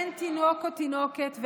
אין תינוק או תינוקת,